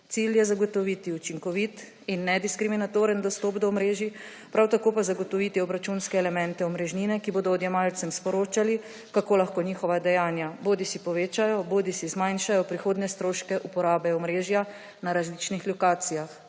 Cilj je zagotoviti učinkovit in nediskriminatoren dostop do omrežij, prav tako pa zagotoviti obračunske elemente omrežnine, ki bodo odjemalcem sporočali, kako lahko njihova dejanja bodisi povečajo bodisi zmanjšajo prihodne stroške uporabe omrežja na različnih lokacijah,